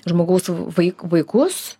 žmogaus vaik vaikus